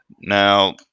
Now